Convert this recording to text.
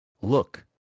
Look